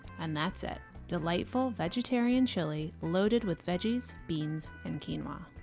and that's it, delightful vegetarian chili loaded with veggies, beans and quinoa.